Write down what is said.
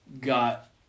got